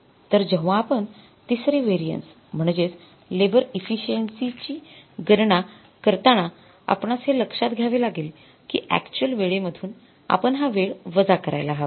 तर जेव्हा आपण तिसरे व्हेरिएन्स म्हणजेच लेबर इफिसिएन्सी ची गणना करताना आपणास हे लक्ष्यात घ्यावे लागेल कि अक्चुअल वेळेमधून आपण हा वेळ वजा करायला हवा